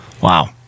wow